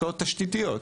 השקעות תשתיתיות,